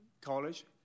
college